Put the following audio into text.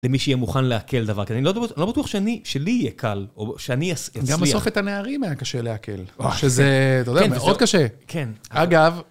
למי שיהיה מוכן לעכל דבר כזה. אני לא בטוח שאני, שלי יהיה קל, או שאני אצליח. -גם בסוף את הנערים היה קשה לעכל. שזה, אתה יודע, מאוד קשה. -כן. -אגב...